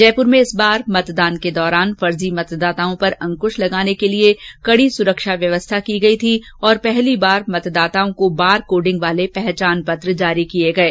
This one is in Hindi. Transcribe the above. जयप्र में इस बार मतदान के दौरान फर्जी मतदाताओं पर अंकृश लगाने के लिये कड़ी सुरक्षा व्यवस्था की गयी थी और पहली बार मतदाताओं को बारकोडिंग वाले पहचान पत्र जारी किये गये